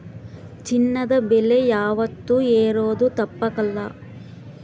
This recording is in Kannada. ಚಿನ್ನದ ಬೆಲೆ ಯಾವಾತ್ತೂ ಏರೋದು ತಪ್ಪಕಲ್ಲ